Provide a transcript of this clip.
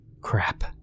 Crap